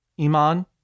Iman